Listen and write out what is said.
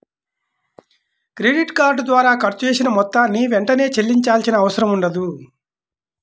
credit card ద్వారా ఖర్చు చేసిన మొత్తాన్ని వెంటనే చెల్లించాల్సిన అవసరం ఉండదు